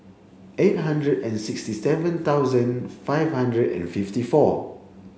eight hundred and sixty seven thousand five hundred and fifty four